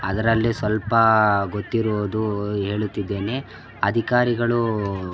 ಅದರಲ್ಲಿ ಸ್ವಲ್ಪ ಗೊತ್ತಿರುವುದು ಹೇಳುತ್ತಿದ್ದೇನೆ ಅಧಿಕಾರಿಗಳು